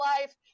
life